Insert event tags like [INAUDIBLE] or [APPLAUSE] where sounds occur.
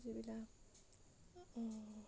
[UNINTELLIGIBLE]